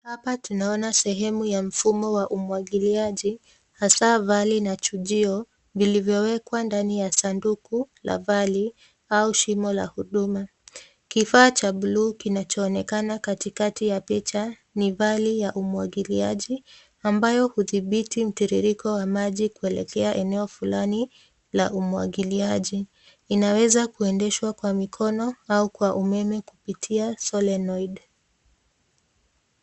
Hapa tunaona sehemu ya mfumo wa umwangiliaji hasa vali na chujio vilivyowekwa ndani ya Sanduku la vali au shimo la huduma. Kifaa cha bluu kinachoonekana katikati ya picha ni vali ya umwangiliaji ambayo hudhibiti mtiririko wa mji kuelekea eneo fulani ya umwangiliaji .Inaweza kuendeshwa kwa mkono au umeme kupitia solenoid .